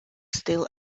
still